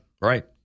Right